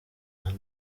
hano